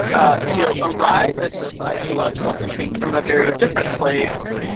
ah you know, arrive at this ideological thinking from a very different place,